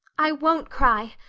i won't cry.